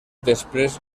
després